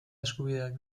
eskubideak